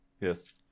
Yes